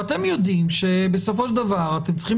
ואתם יודעים שבסופו של דבר אתם צריכים